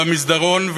במסדרון,